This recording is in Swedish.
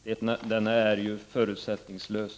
Denna utredning är ju förutsättningslös.